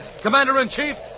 Commander-in-Chief